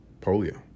polio